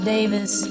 Davis